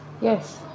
yes